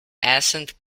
accent